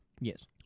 Yes